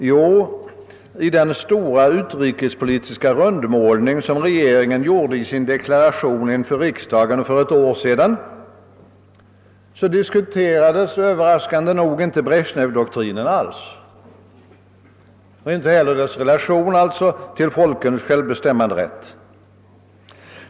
Jo, i den stora utrikespolitiska rundmålning, som regeringen gjorde i sin deklaration inför riksdagen för ett år sedan, diskuterades överraskande nog Brezjnevdoktrinen inte alls, och alltså inte heller dess relation till folkens självbestämmanderätt.